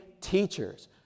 teachers